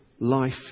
life